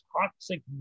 toxic